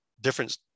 different